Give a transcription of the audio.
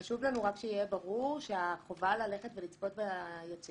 חשוב לנו רק שיהיה ברור שהחובה ללכת ולצפות ביצירות